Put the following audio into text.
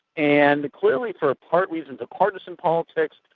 and clearly for part reasons of partisan politics,